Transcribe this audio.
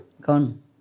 Gone